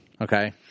Okay